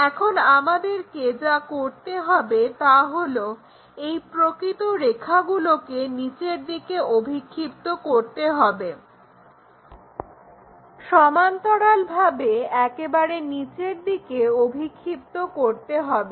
এখন আমাদেরকে যা করতে হবে তা হলো এই প্রকৃত রেখাগুলোকে নিচের দিকে অভিক্ষিপ্ত করতে হবে সমান্তরালভাবে একেবারে নিচের দিকে অভিক্ষিপ্ত করতে হবে